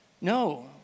No